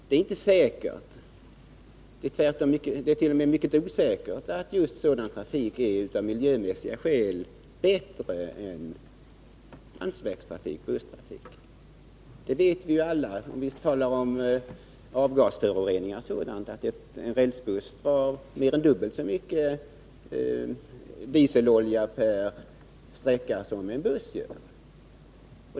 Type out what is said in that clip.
Det är inte säkert — det är tvärtom mycket osäkert — att just sådan trafik av miljömässiga skäl är bättre än landsvägstrafik och busstrafik. När vi talar om avgasföroreningar och sådant vet ju alla att en rälsbuss drar mer än dubbelt så mycket dieselolja per sträcka som en buss gör.